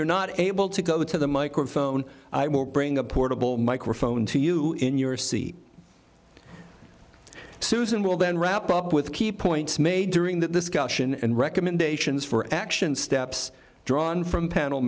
you're not able to go to the microphone or bring a portable microphone to you in your seat susan will then wrap up with key points made during that discussion and recommendations for action steps drawn from panel